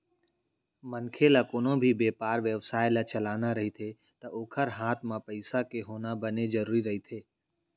मनखे ल कोनो भी बेपार बेवसाय ल चलाना रहिथे ता ओखर हात म पइसा के होना बने जरुरी रहिथे